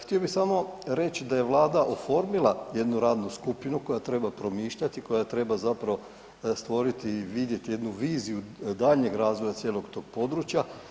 Htio bih samo reći da je Vlada oformila jednu radnu skupinu koja treba promišljati koja treba zapravo stvoriti i vidjeti jednu viziju daljnjeg razvoja cijelog tog područja.